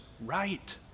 right